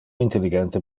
intelligente